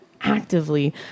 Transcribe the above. actively